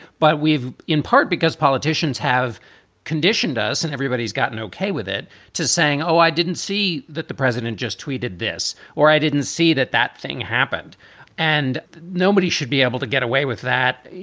but we've in part because politicians have conditioned us and everybody's gotten ok with it to saying, oh, i didn't see that the president just tweeted this or i didn't see that that thing happened and nobody should be able to get away with that.